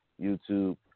YouTube